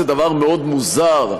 זה דבר מאוד מוזר,